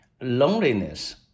Loneliness